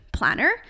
Planner